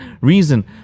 reason